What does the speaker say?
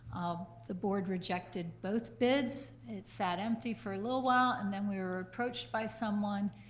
ah the board rejected both bids. it sat empty for a little while, and then we were approached by someone,